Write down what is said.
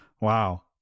Wow